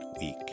week